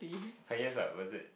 !huh! yes ah was it